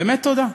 באמת תודה.